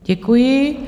Děkuji.